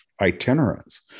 itinerants